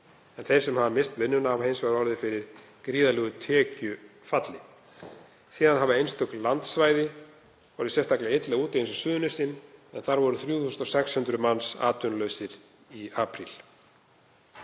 Þeir sem hafa misst vinnuna hafa hins vegar orðið fyrir gríðarlegu tekjufalli. Síðan hafa einstök landsvæði orðið sérstaklega illa úti eins og Suðurnesin en þar voru 3.600 manns atvinnulaus í apríl.